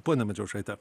ponia medžiaušaite